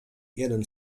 jeden